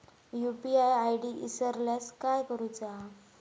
UPI ID इसरल्यास काय करुचा?